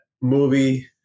movie